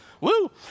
Woo